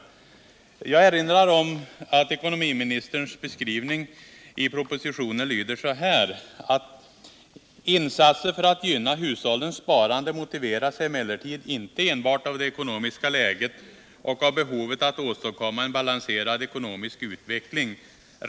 Jag erinrar om att ekonomiministerns beskrivning i propositionen lyder så här: "Insatser för att gynna hushållens sparande motiveras emellertid inte enbart av det ekonomiska läget och av behovet att åstadkomma en balanserad ekonomisk utveckling.